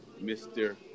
Mr